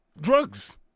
drugs